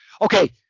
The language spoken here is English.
Okay